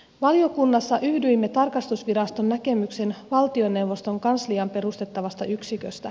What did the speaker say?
valiokunnassa yhdyimme tarkastusviraston näkemykseen valtioneuvoston kansliaan perustettavasta yksiköstä